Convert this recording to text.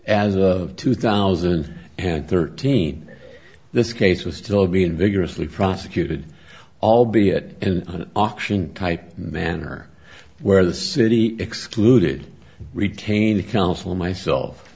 as of two thousand and thirteen this case was still being vigorously prosecuted albeit in an auction type manner where the city excluded retained counsel myself